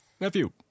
Nephew